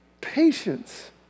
patience